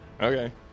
Okay